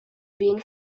being